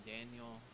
Daniel